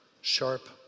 sharp